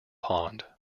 pond